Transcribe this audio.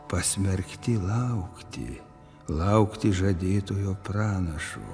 pasmerkti laukti laukti žadėtojo pranašo